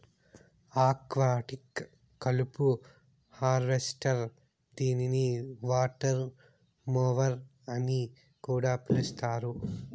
aquatic కలుపు harvester దీనిని water mower అని కూడా పిలుస్తారు